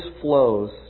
flows